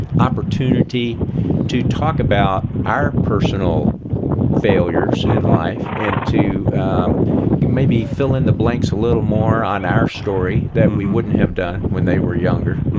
opportunity to talk about our personal failures and in life, and to maybe fill in the blanks a little more on our story that we wouldn't have done when they were younger,